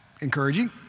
encouraging